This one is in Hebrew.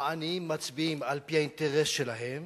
העניים מצביעים על-פי האינטרס שלהם